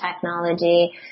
technology